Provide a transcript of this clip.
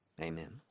amen